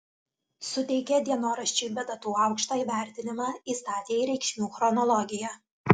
suteikė dienoraščiui be datų aukštą įvertinimą įstatė į reikšmių chronologiją